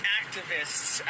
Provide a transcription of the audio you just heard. activists